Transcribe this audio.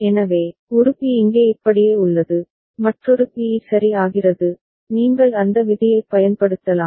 எனவே ஒரு பி இங்கே இப்படியே உள்ளது மற்றொரு பி இ சரி ஆகிறது நீங்கள் அந்த விதியைப் பயன்படுத்தலாம்